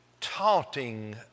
taunting